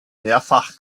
mehrfach